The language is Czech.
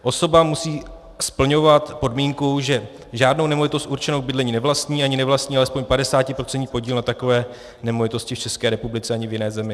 Osoba musí splňovat podmínku, že žádnou nemovitost určenou k bydlení nevlastní, ani nevlastní alespoň 50% podíl na takové nemovitosti v České republice, ani v jiné zemi.